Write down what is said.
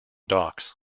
docks